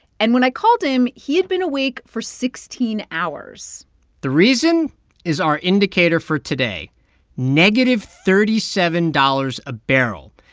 and when i called him, he had been awake for sixteen hours the reason is our indicator for today negative thirty seven dollars a barrel.